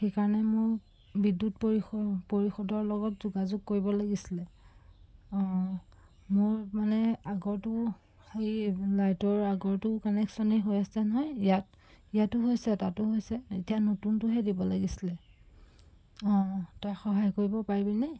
সেইকাৰণে মোৰ বিদ্যুৎ পৰিষ পৰিষদৰ লগত যোগাযোগ কৰিব লাগিছিলে অঁ মোৰ মানে আগৰটো সেই লাইটৰ আগৰটো কানেকশ্যনেই হৈ আছে নহয় ইয়াত ইয়াতো হৈছে তাতো হৈছে এতিয়া নতুনটোহে দিব লাগিছিলে অঁ তই সহায় কৰিব পাৰিবিনে